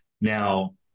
now